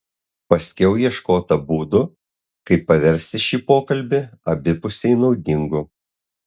paskiau ieškota būdų kaip paversti šį pokalbį abipusiai naudingu